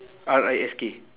R I S K